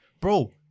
Bro